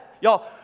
y'all